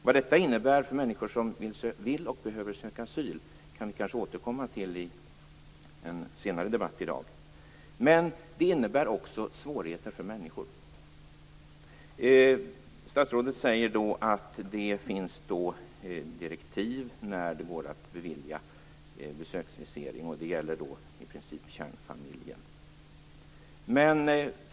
Vad detta innebär för människor som vill och behöver söka asyl kan vi kanske återkomma till i en senare debatt i dag, men det innebär svårigheter för människor. Statsrådet säger att det finns direktiv för när det går att bevilja besöksvisering, och det gäller i princip kärnfamiljen.